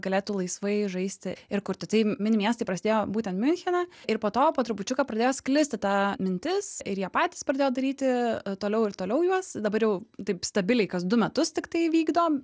galėtų laisvai žaisti ir kurti tai mini miestai prasidėjo būtent miunchene ir po to po trupučiuką pradėjo sklisti ta mintis ir jie patys pradėjo daryti toliau ir toliau juos dabar jau taip stabiliai kas du metus tiktai vykdo